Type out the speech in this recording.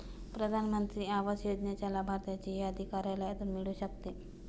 प्रधान मंत्री आवास योजनेच्या लाभार्थ्यांची यादी कार्यालयातून मिळू शकते